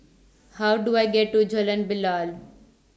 How Do I get to Jalan Bilal